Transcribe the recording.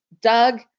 Doug